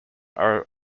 are